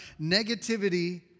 Negativity